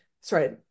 sorry